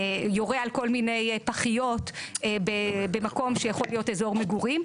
יורה על כל מיני פחיות במקום שיכול להיות אזור מגורים.